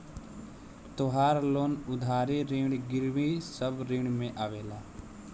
तहार लोन उधारी ऋण गिरवी सब ऋण में आवेला